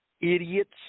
idiots